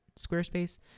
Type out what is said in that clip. Squarespace